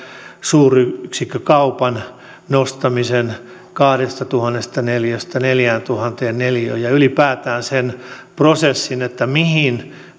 suuryksikkökaupan nostamisen kahdestatuhannesta neliöstä neljääntuhanteen neliöön ja ylipäätään sen prosessin mihin